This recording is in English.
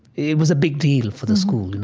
it was a big deal for the school,